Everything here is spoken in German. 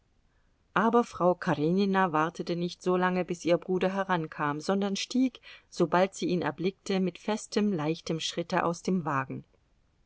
aber frau karenina wartete nicht so lange bis ihr bruder herankam sondern stieg sobald sie ihn erblickte mit festem leichtem schritte aus dem wagen